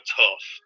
tough